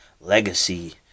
Legacy